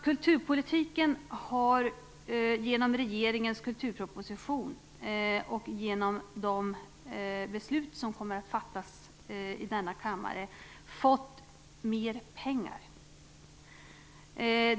Kulturpolitiken har, genom regeringens kulturproposition och genom de beslut som kommer att fattas här i kammaren, fått mer pengar.